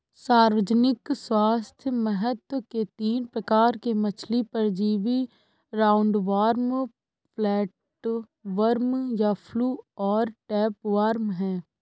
सार्वजनिक स्वास्थ्य महत्व के तीन प्रकार के मछली परजीवी राउंडवॉर्म, फ्लैटवर्म या फ्लूक और टैपवार्म है